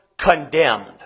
condemned